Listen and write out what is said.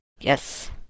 Yes